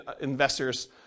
investors